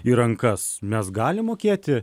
į rankas mes galim mokėti